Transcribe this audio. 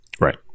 right